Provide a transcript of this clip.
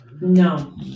No